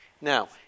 Now